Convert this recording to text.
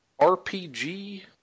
RPG